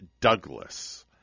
Douglas